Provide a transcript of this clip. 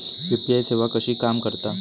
UPI सेवा कशी काम करता?